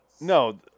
No